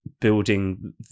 building